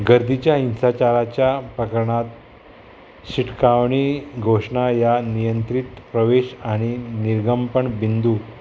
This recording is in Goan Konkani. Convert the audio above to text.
गर्दीच्या हिंसाचाराच्या प्रकरणांत शिटकावणी घोशणा ह्या नियंत्रीत प्रवेश आनी निर्गमपण बिंदू